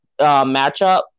matchup